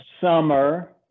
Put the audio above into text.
summer